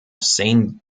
saint